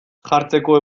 jartzeko